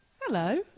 Hello